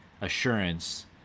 assurance